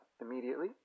immediately